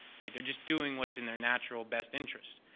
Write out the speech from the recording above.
right? they're just doing what's in their natural best interest.